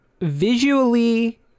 visually